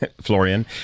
Florian